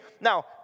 Now